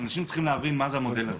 אנשים צריכים להבין מה זה המודל הזה.